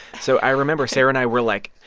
so i remember sarah and i were, like,